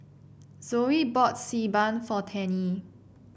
Zoe bought Xi Ban for Tennie